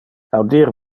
audir